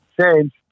change